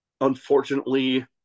unfortunately